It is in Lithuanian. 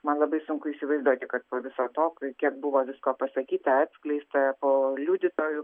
man labai sunku įsivaizduoti kad po viso to kiek buvo visko pasakyta atskleista po liudytojų